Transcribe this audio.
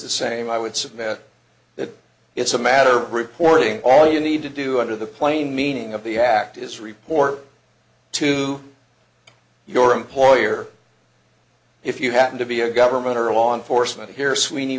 the same i would submit that it's a matter of reporting all you need to do under the plain meaning of the act is report to your employer if you happen to be a government or a law enforcement here sweeney